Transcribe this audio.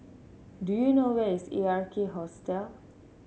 do you know where is Ark Hostel